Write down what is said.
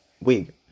wig